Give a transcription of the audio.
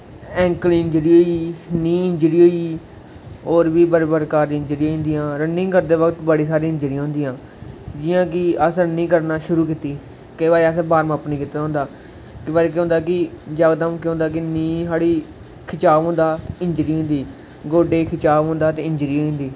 एकंल injury होई गेई न्हीं इंजरी होई गेई होर बी बड़े प्रकार दी इंजरी होई जंदियां रननिंग करदे बक्त बड़ी सारी इंजरी होदियां जि'यां कि अस रननिंग करना शुरू कीती अज्जे असें बार्म अप नेईं कीते दा होंदा ते केईं बारी केह् होंदा कि जकदम केह् होंदा नी साढ़े खिचाव होंदा हा इंजरी होई जंदी गोड़े गी खिचाव होंदा ते इंजरी होई जंदी